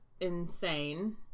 insane